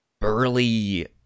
burly